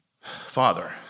Father